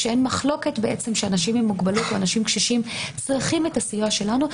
אין מחלוקת שאנשים עם מוגבלות או אנשים קשישים צריכים את הסיוע שלנו,